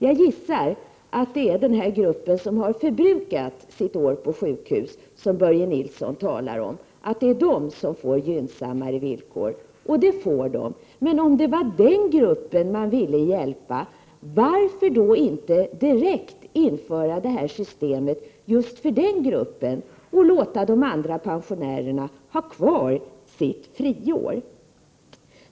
Jag gissar att det är den grupp som har förbrukat sitt avgiftsfria år på sjukhus som Börje Nilsson talar om och som får gynnsammare villkor. Det får de. Men om det var den gruppen man ville hjälpa, varför då inte direkt införa detta system just för den gruppen och låta de andra pensionärerna ha kvar sitt friår?